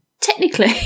technically